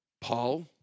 Paul